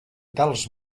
tals